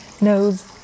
knows